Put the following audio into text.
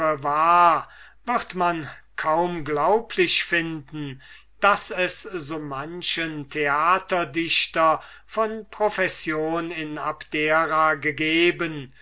wird man kaum glaublich finden daß es so manchen theaterdichter von profession in abdera gegeben